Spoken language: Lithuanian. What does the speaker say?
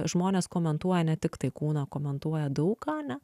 žmonės komentuoja ne tiktai kūną komentuoja daug ką ane